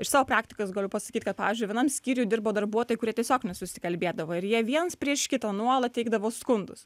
iš savo praktikos galiu pasakyt kad pavyzdžiui vienam skyriuj dirbo darbuotojai kurie tiesiog nesusikalbėdavo ir jie viens prieš kitą nuolat teikdavo skundus